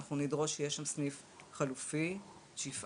אנחנו נדרוש שיהיה שם סניף חלופי שיפעל,